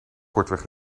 kortweg